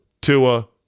Tua